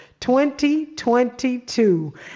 2022